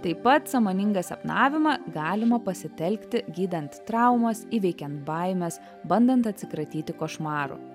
taip pat sąmoningą sapnavimą galima pasitelkti gydant traumas įveikiant baimes bandant atsikratyti košmarų